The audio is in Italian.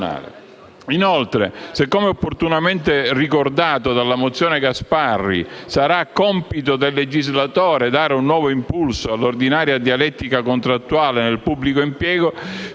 Inoltre se, come opportunamente ricordato dalla mozione a prima firma del senatore Gasparri, sarà compito del legislatore dare nuovo impulso all'ordinaria dialettica contrattuale nel pubblico impiego,